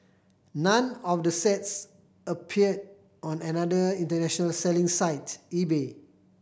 none of the sets appeared on another international selling site eBay